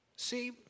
See